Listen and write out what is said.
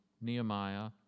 Nehemiah